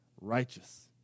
righteous